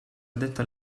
addetto